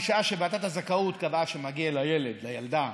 משעה שוועדת הזכאות קבעה שמגיע לילד או לילדה